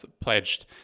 pledged